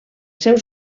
seus